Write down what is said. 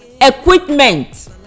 Equipment